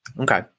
okay